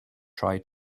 try